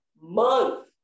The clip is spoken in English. month